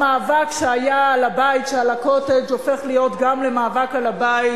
המאבק שהיה על הבית שעל ה"קוטג'" הופך להיות גם מאבק על הבית.